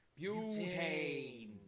butane